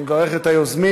אני מברך את היוזמים.